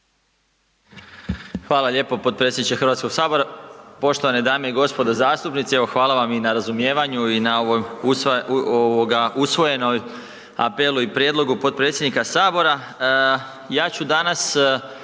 Hvala lijepo potpredsjedniče Hrvatskog sabora. Poštovane dame i gospodo zastupnici, evo hvala vam i na razumijevanju i na ovoj ovoga usvojenom apelu i prijedlogu potpredsjednika sabora,